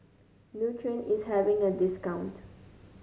Nutren is having a discount